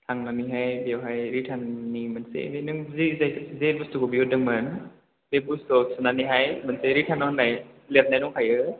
थांनानैहाय बेयावहाय रिटार्ननि मोनसे बे नों जे जाय जे बुस्थुखौ बिहरदोंमोन बे बुस्थुआव थुनानैहाय मोनसे रिटार्न होननाय लिरनाय दंखायो